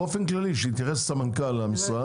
באופן כללי שיתייחס סמנכ"ל המשרד,